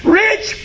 rich